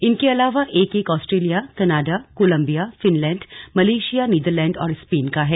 इनके अलावा एक एक Australia Canada Colombia Finland Malaysia Netherlands और स्पेन का है